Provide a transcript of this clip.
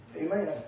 Amen